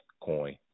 Coin